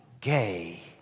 gay